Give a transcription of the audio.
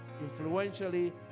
influentially